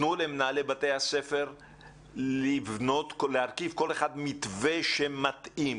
תנו למנהלי בתי הספר להרכיב מתווה שמתאים,